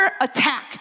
attack